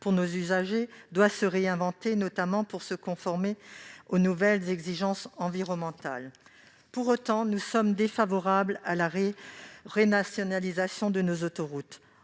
pour nos usagers, doit se réinventer, notamment pour se conformer aux nouvelles exigences environnementales. Pour autant, nous sommes défavorables à la renationalisation de nos autoroutes.